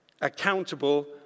accountable